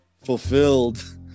fulfilled